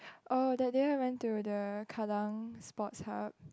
oh that day I went to the Kallang Sports Hub